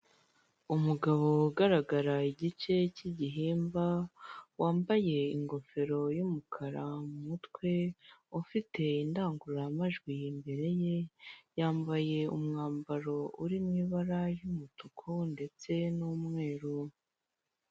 Umugabo ugaragara igice cy'igihimba wambaye ingofero y'umukara mu mutwe, ufite indangururamajwi imbere ye yambaye umwambaro uri mu ibara ry'umutuku ndetse n'umweru.